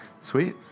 sweet